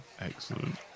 Excellent